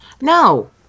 No